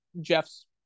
Jeff's